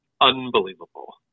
unbelievable